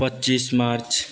पच्चिस मार्च